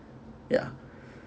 ya